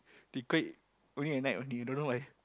they play only at night only don't know why